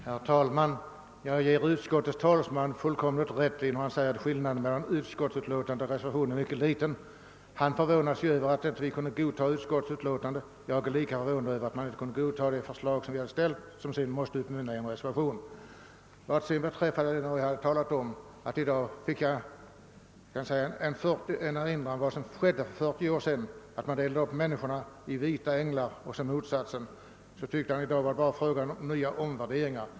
Herr talman! Utskottets talesman har fullkomligt rätt när han säger att skillnaden mellan utskottets utlåtande och reservationen är mycket liten. Han förvånade sig över att vi inte kunde godta utskottets utlåtande — jag är lika för vånad över att utskottsmajoriteten inte kunde godta det förslag som vi hade lagt fram och som sedan måste utmynna i en reservation. Jag sade i mitt förra anförande att jag i dag erinrade om vad som skedde för 40 år sedan, då man delade upp människorna i vita änglar och i deras motsats. Herr Wiklund i Härnösand tyckte att det i dag bara var fråga om omvärderingar.